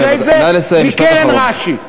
אחרי זה מקרן רש"י.